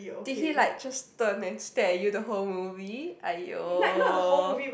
did he like just turn at stare at you the whole movie !aiyo!